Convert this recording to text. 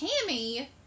Tammy